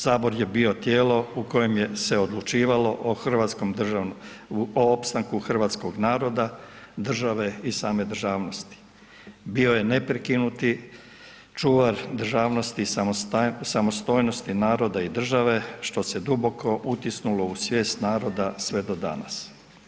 Sabor je bio tijelo u kojem je se odlučivalo o hrvatskom državnom, o opstanku hrvatskog naroda, države i same državnosti, bio je neprekinuti čuvar državnosti i samostojnosti naroda i države što se duboko utisnulo u svijest naroda sve do danas.